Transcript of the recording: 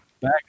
back